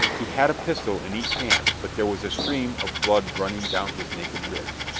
he had a pistol in each hand but there was a stream of blood running down his naked ribs.